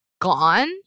gone